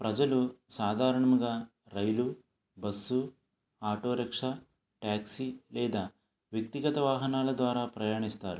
ప్రజలు సాధారణముగా రైలు బస్సు ఆటో రిక్షా ట్యాక్సీ లేదా వ్యక్తిగత వాహనాల ద్వారా ప్రయాణిస్తారు